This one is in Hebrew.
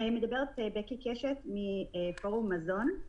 מדברת בקי קשת מפורום מזון.